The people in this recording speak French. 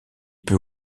peut